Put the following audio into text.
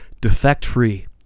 defect-free